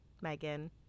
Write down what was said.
Megan